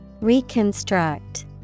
Reconstruct